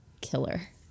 Killer